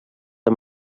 amb